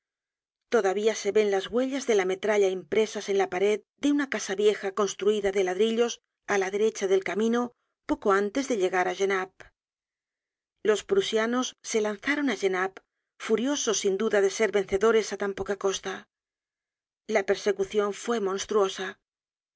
todavía se ven las huellas de la metralla impresas en la pared de una casa vieja construida de ladrillos á la derecha del camino poco antes de llegar á genappe los prusianos se lanzaron á genappe furiosos sin duda de ser vencedores á tan poca costa la persecucion fue monstruosa